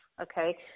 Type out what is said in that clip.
okay